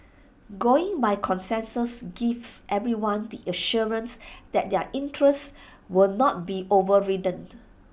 going by consensus gives everyone the assurance that their interests will not be overridden